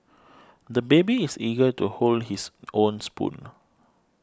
the baby is eager to hold his own spoon